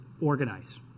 organize